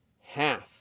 Half